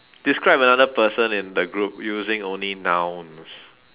describe another person in the group using only nouns